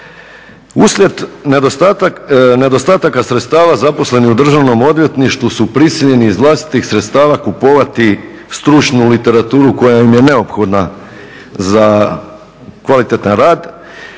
Uslijed nedostataka sredstava zaposleni u Državnom odvjetništvu su prisiljeni iz vlastitih sredstava kupovati stručnu literaturu koja im je neophodna za kvalitetan rad